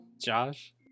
Josh